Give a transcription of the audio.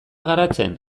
garatzen